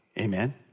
Amen